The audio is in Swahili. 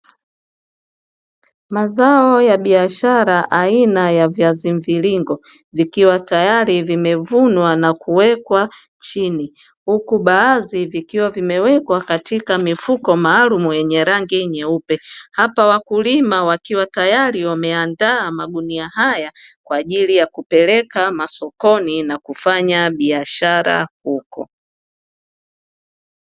Mazao ya baishara aina ya viazi mviringo, vikiwa tayari vimevunwa na kuwekwa chini, huku baadhi vikiwa vimewekwa katika mifuko maalumu yenye rangi nyeupe. Hapa wakulima wakiwa tayari wameandaa magunia haya, kwa ajili ya kuepeleka masokoni na kufanya biashara huko.